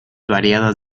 variadas